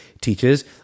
teaches